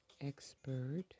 expert